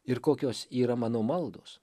ir kokios yra mano maldos